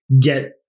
get